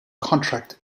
contract